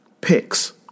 picks